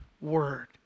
Word